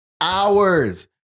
hours